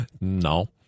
No